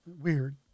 Weird